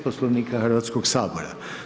Poslovnika Hrvatskoga sabora.